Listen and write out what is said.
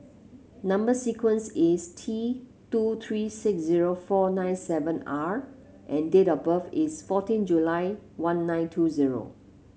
number sequence is T two three six zero four nine seven R and date of birth is fourteen July one nine two zero